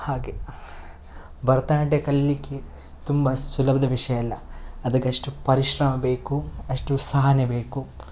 ಹಾಗೇ ಭರತನಾಟ್ಯ ಕಲೀಲಿಕ್ಕೆ ತುಂಬ ಸುಲಭದ ವಿಷಯ ಅಲ್ಲ ಅದಕ್ಕಷ್ಟು ಪರಿಶ್ರಮ ಬೇಕು ಅಷ್ಟು ಸಹನೆ ಬೇಕು